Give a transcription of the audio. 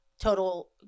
Total